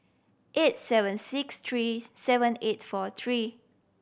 eight seven six three seven eight four three